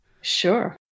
Sure